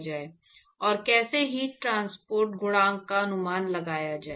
और कैसे heat transport गुणांक का अनुमान लगाया जाए